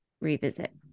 revisit